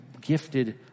gifted